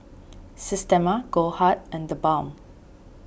Systema Goldheart and the Balm